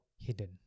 hidden